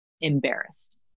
embarrassed